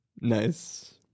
nice